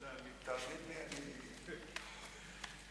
לכן אני רוצה קודם כול להודות לצופי הבודדים,